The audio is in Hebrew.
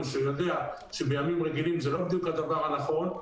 שהוא יודע שבימים רגילים זה לא בדיוק הדבר הנכון,